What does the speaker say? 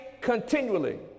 continually